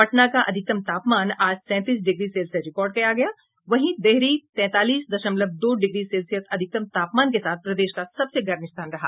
पटना का अधिकतम तापमान आज सैंतीस डिग्री सेल्सियस रिकॉर्ड किया गया वहीं डेहरी तैंतालीस दशमलव दो डिग्री सेल्सियस अधिकतम तापमान के साथ प्रदेश का सबसे गर्म स्थान रहा